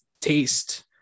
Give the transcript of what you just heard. taste